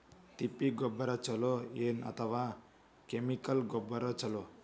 ತಿಪ್ಪಿ ಗೊಬ್ಬರ ಛಲೋ ಏನ್ ಅಥವಾ ಕೆಮಿಕಲ್ ಗೊಬ್ಬರ ಛಲೋ?